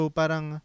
parang